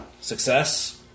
Success